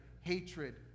hatred